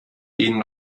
ihnen